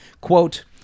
Quote